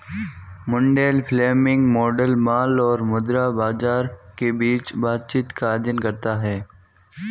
Mundell Fleming model माल और मुद्रा बाजार के बीच बातचीत का अध्ययन करता है